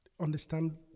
understand